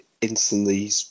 Instantly